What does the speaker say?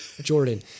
Jordan